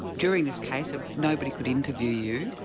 during this case, ah nobody could interview you.